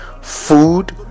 food